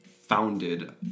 founded